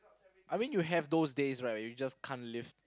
I mean you have those days right when you just can't live